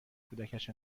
کودکش